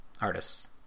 Artists